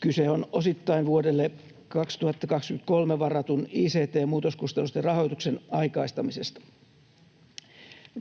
Kyse on osittain vuodelle 2023 varatun ict-muutoskustannusten rahoituksen aikaistamisesta.